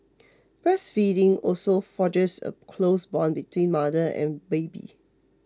breastfeeding also forges a close bond between mother and baby